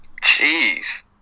Jeez